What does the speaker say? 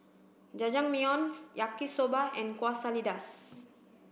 Yaki soba and Quesadillas